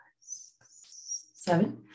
seven